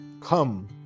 Come